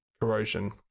corrosion